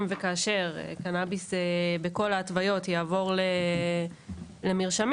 אם וכאשר קנביס יעבור למרשמים,